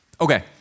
Okay